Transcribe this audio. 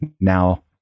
now